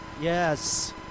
Yes